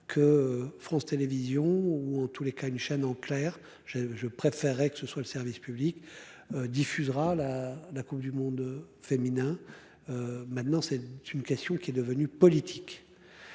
que France Télévisions ou en tous les cas une chaîne en clair je je préférerais que ce soit le service public. Diffusera la la Coupe du monde féminin. Maintenant c'est une question qui est devenue politique.